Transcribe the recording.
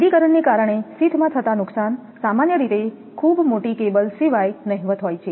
એડી કરંટને કારણે શીથ માં થતા નુકસાન સામાન્ય રીતે ખૂબ મોટી કેબલ્સ સિવાય નહિવત હોય છે